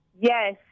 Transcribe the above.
Yes